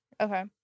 Okay